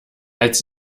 als